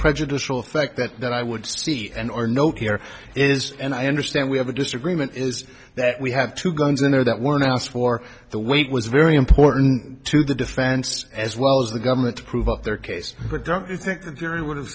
prejudicial effect that that i would see and or note here is and i understand we have a disagreement is that we have two guns in there that were announced for the way it was very important to the defense as well as the government to prove up their case but don't you think the jury would have